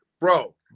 Bro